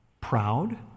proud